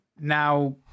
now